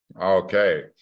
Okay